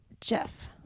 jeff